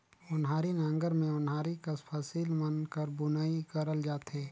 ओन्हारी नांगर मे ओन्हारी कस फसिल मन कर बुनई करल जाथे